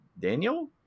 Daniel